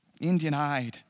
Indian-eyed